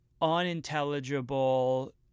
unintelligible